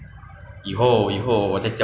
ah 不用紧你现在可以讲我们很多时间